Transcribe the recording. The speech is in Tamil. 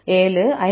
7 517